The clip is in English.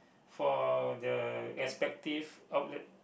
for the respective outlet